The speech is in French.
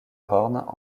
horn